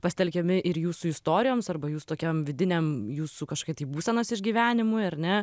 pasitelkiami ir jūsų istorijoms arba jūs tokiam vidiniam jūsų kažkiai tai būsenos išgyvenimui ar ne